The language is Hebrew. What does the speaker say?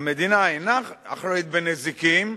המדינה אינה אחראית בנזיקים,